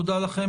תודה לכם.